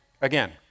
Again